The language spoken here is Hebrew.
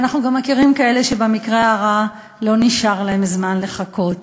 ואנחנו גם מכירים כאלה שבמקרה הרע לא נשאר להם זמן לחכות.